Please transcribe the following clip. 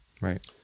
Right